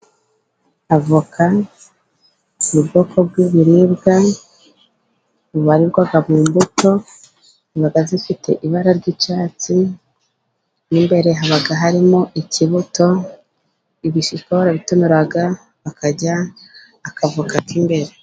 Avoka ni bwoko bw'ibiribwa bubarirwa mu mbuto, ziba zifite ibara ry'icyatsi, n'imbere haba harimo ikibuto, ibishishwa bara bitonora bakarya aka avoka k'imbere.